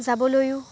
যাবলৈও